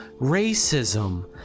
racism